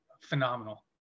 phenomenal